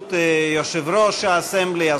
בראשות יושב-ראש ה-Assembly,